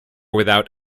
without